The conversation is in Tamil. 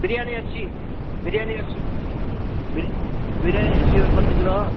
பிரியாணி அரிசி பிரியாணி அரிசி பிரியாணி அரிசி ஒரு பத்து கிலோ